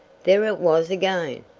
there it was again,